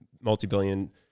multi-billion